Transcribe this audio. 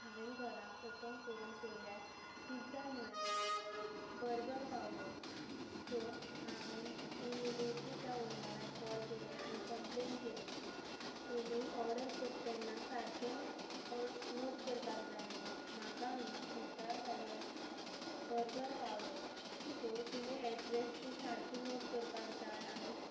हांवें घराक ओपन करून पयल्यार पिझ्झा न्हय बर्गर पावलो सो हांवें इमिडेटली त्या ओनराक कॉल केलें आनी कंम्प्लेन केली तुमी ऑर्डर करता तेन्ना सारकें ऑ नोट करपाक जाय म्हणून म्हाका हांगा पिझ्झा जाग्यार बर्गर पावलो सो तुमी एड्रेस बी सारकें नोट करपाक जाय आनी